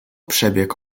przebieg